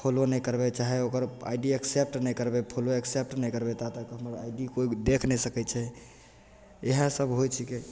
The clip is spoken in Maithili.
फॉलो नहि करबै चाहै ओकर आइ डी एक्सेप्ट नहि करबै फॉलो एक्सेप्ट नहि करबै ता तक हमर आइ डी कोइ भी देखि नहि सकै छै इएहसब होइ छिकै